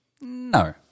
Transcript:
No